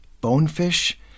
bonefish